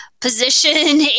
position